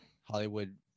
Hollywood